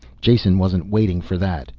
jason wasn't waiting for that.